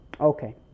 Okay